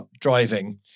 driving